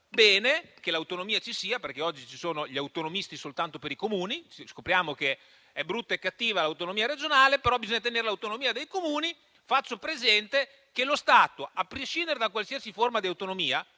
bene che l'autonomia ci sia perché oggi ci sono gli autonomisti soltanto per i Comuni. Scopriamo che è brutta e cattiva l'autonomia regionale, però bisogna mantenere l'autonomia dei Comuni. Faccio presente che lo Stato, a prescindere da qualsiasi forma di autonomia